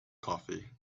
coffee